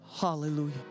Hallelujah